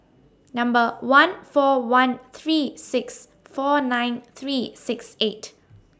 Number one four one three six four nine three six eight